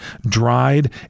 dried